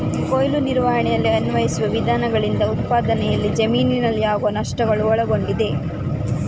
ಕೊಯ್ಲು ನಿರ್ವಹಣೆಯಲ್ಲಿ ಅನ್ವಯಿಸುವ ವಿಧಾನಗಳಿಂದ ಉತ್ಪನ್ನದಲ್ಲಿ ಜಮೀನಿನಲ್ಲಿ ಆಗುವ ನಷ್ಟಗಳು ಒಳಗೊಂಡಿದೆ